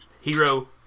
hero